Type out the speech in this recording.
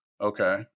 Okay